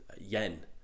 Yen